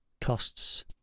costs